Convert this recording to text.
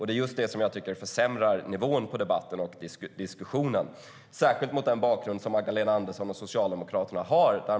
Det är just det som jag tycker försämrar nivån på debatten och diskussionen, särskilt mot den bakgrund som Magdalena Andersson och Socialdemokraterna har.